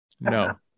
No